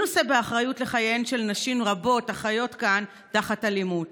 מי נושא באחריות לחייהן של נשים רבות החיות כאן באלימות